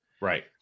Right